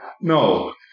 No